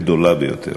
גדולה ביותר.